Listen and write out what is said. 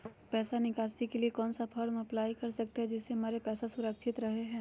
पैसा निकासी के लिए कौन सा फॉर्म अप्लाई कर सकते हैं जिससे हमारे पैसा सुरक्षित रहे हैं?